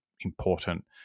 important